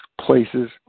places